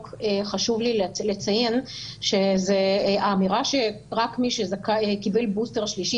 חשוב לי לציין שהאמירה שרק מי שקיבל בוסטר שלישי